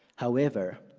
however,